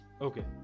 Okay